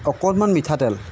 অকণমান মিঠাতেল